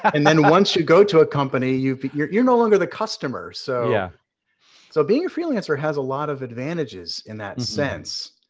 and then once you go to a company, but you're you're no longer the customer. so yeah so being a freelancer has a lot of advantages in that sense.